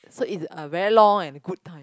so it's a very long and good time